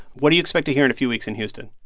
what do you expect to hear in a few weeks in houston?